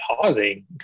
pausing